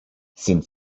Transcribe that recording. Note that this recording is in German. sind